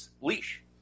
leash